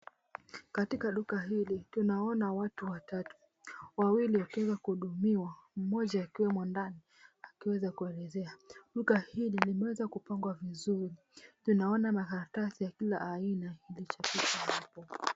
Katika duka hili tunaona watu watatu wawili wakiweza kuhudumiwa na mmoja akiwemo ndani akiweza kuwaelezea. Duka hili limeweza kupangwa vizuri ninaona makaratasi ya kila aina.